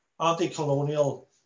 anti-colonial